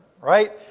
right